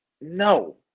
no